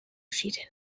ziren